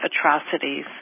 atrocities